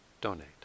donate